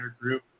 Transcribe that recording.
group